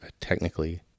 technically